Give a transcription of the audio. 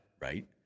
Right